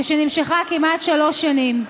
שנמשכה כמעט שלוש שנים.